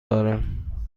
دارم